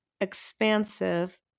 Expansive